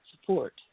support